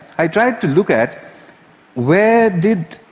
i tried to look at where did,